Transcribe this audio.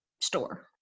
store